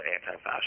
anti-fascist